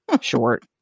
short